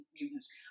mutants